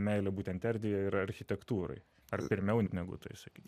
meilę būtent erdvei ir architektūrai ar pirmiau negu tai sakyti